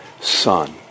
Son